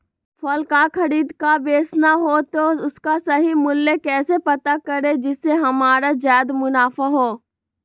फल का खरीद का बेचना हो तो उसका सही मूल्य कैसे पता करें जिससे हमारा ज्याद मुनाफा हो?